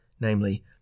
namely